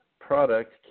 product